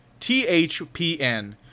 THPN